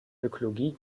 ökologie